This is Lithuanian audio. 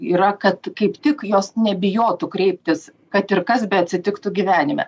yra kad kaip tik jos nebijotų kreiptis kad ir kas beatsitiktų gyvenime